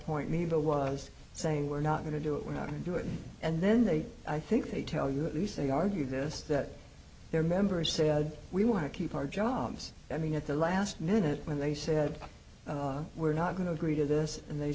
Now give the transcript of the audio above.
point me but was saying we're not going to do it we're not into it and then they i think they tell you at least they argue this that their members said we want to keep our jobs i mean at the last minute when they said we're not going to agree to this and they